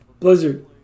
Blizzard